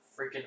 freaking